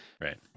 right